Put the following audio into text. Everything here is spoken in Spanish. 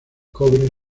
cobre